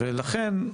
לכן,